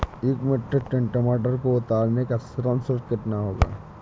एक metric ton टमाटर को उतारने का श्रम शुल्क कितना होगा?